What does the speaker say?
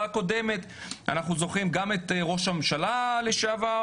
הקודמת אנחנו זוכרים גם את ראש הממשלה לשעבר,